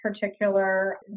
particular